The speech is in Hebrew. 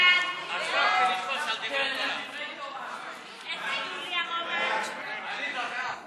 ההצעה להעביר את הצעת חוק שירותי תיירות (תיקון מס'